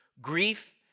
grief